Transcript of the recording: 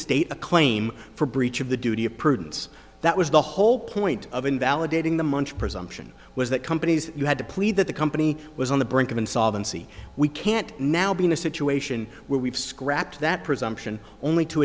state a claim for breach of the duty of prudence that was the whole point of invalidating the much presumption was that companies you had to plead that the company was on the brink of insolvency we can't now be in a situation where we've scrapped that presumption only to